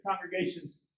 congregations